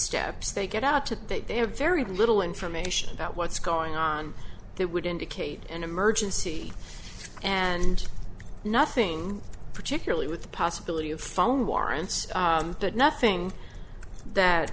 steps they get out to that they have very little information about what's going on that would indicate an emergency and nothing particularly with the possibility of phone warrants that nothing that